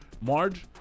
Marge